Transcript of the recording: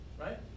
Right